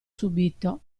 subito